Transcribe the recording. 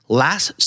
last